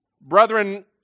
brethren